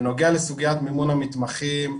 בנוגע לסוגיית מימון המתמחים,